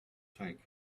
tank